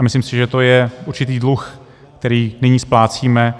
Myslím si, že to je určitý dluh, který nyní splácíme.